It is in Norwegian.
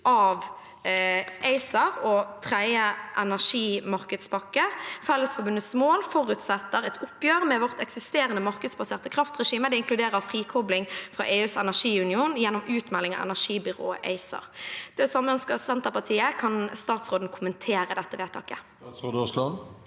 av ACER og tredje energimarkedspakke. Fellesforbundets mål forutsetter et oppgjør med vårt eksisterende markedsbaserte kraftregime. Det inkluderer frikobling fra EUs energiunion gjennom utmelding av energibyrået ACER. Det samme ønsker Senterpartiet. Kan statsråden kommentere dette vedtaket? Statsråd Terje Aasland